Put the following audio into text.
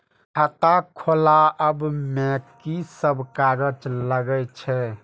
खाता खोलाअब में की सब कागज लगे छै?